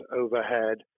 overhead